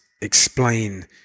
explain